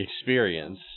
experience